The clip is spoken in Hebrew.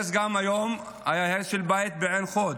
היום גם היה הרס של בית בעין חוד.